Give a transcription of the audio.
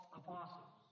apostles